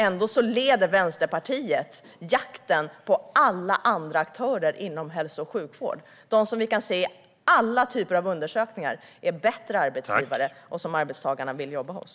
Ändå leder Vänsterpartiet jakten på alla andra aktörer inom hälso och sjukvård - de som vi kan se i alla typer av undersökningar är bättre arbetsgivare och som arbetstagarna vill jobba hos.